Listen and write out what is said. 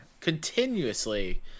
continuously